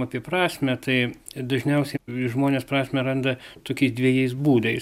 apie prasmę tai dažniausiai žmonės prasmę randa tokiais dvejais būdais